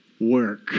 work